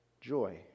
joy